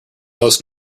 most